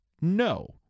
no